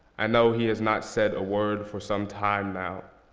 i know he has not said a word for some time now.